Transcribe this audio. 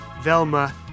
Velma